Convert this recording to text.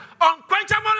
unquenchable